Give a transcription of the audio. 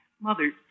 Mother